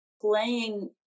playing